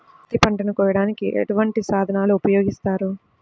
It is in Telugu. పత్తి పంటను కోయటానికి ఎటువంటి సాధనలు ఉపయోగిస్తారు?